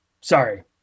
sorry